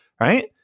Right